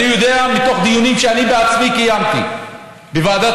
אני יודע מתוך דיונים שאני בעצמי קיימתי בוועדת